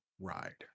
ride